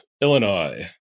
Illinois